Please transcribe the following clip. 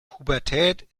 pubertät